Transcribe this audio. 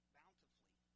bountifully